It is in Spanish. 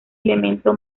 elemento